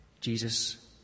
Jesus